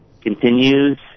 continues